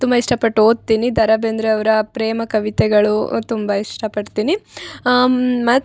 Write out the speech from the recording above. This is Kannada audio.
ತುಂಬ ಇಷ್ಟಪಟ್ಟು ಓದ್ತೀನಿ ದ ರಾ ಬೇಂದ್ರೆ ಅವರ ಪ್ರೇಮ ಕವಿತೆಗಳು ತುಂಬ ಇಷ್ಟ ಪಡ್ತೀನಿ ಮ